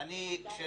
כבודו,